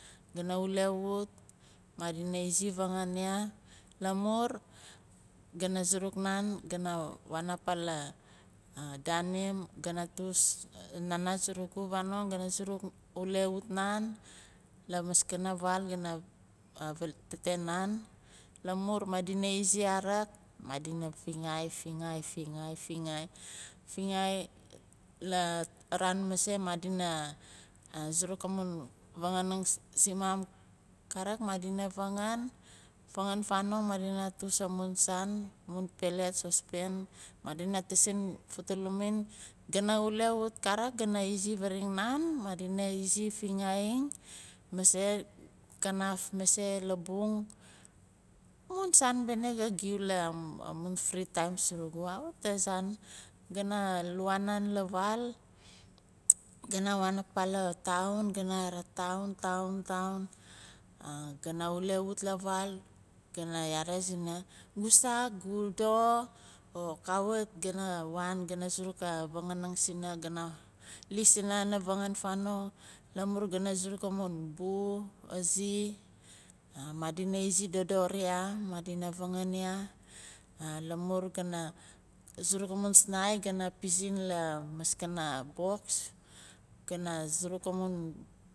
Gana wulewut madina izi vangan ya lamur gana suruk nan gana waan apa la daanim gana tus nana surugu fanong gana suruk wulewut nan lamaskana vaal gan tete nan lamur madina izi kavik madina fingaai, fingaai. fingaai, fingaai. fingaai la vaar mase madina suruk amun vanganing simaam karik madina vangan, fangan fanong madina tus amun saan pelet, saucepan madina taasin fatelemin gana wulewut karik gana izi varing nan madina izi fingaai mase kanaf mase labung amun saan bene ga giu la amun free taim surugu kawit azaan gana luwa nan la vaal gana waan apa la town gana ra town, town town, gana wulewut la vaal gana yare sina gu saah gu doxo or kawit gana waan gana suruk a vanganing sina gana liis sina kana vangan fanong lamur gana suruk amun bu azi madina izi dodor ya madina vangan lamur gana suruk amun asnai gana pizin lamaskana box gana suruk amun/